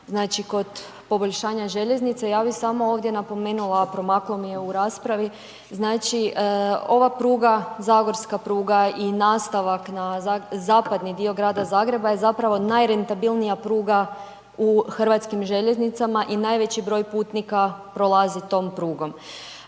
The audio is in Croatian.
kod poboljšanja željeznice ja bi samo ovdje napomenula, promaknulo mi je u raspravi, znači ova pruga, zagorska pruga i nastavak na zapadni dio Grada Zagreba je zapravo najrentabilnija pruga u hrvatskim željeznicama i najveći broj putnika prolazi tom prugom.